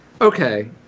okay